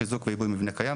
חיזוק ועיבוי מבנה קיים,